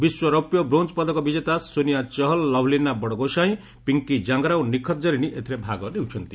ବିଶ୍ୱ ରୌପ୍ୟ ଓ ବ୍ରୋଞ୍ଜ ପଦକ ବିଜେତା ସୋନିଆ ଚହଲ ଲଭ୍ଲିନା ବଡ଼ଗୋସାଇଁ ପିଙ୍କି ଜାଙ୍ଗରା ଓ ନିଖତ ଜରିନ୍ ଏଥିରେ ଭାଗ ନେଉଛନ୍ତି